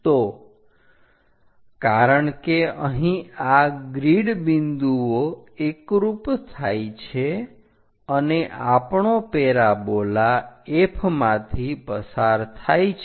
તો કારણ કે અહીં આ ગ્રીડ બિંદુઓ એકરૂપ થાય છે અને આપણો પેરાબોલા F માંથી પસાર થાય છે